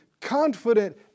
confident